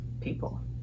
people